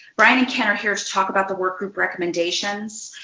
brian and ken are here to talk about the work group recommendations.